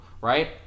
right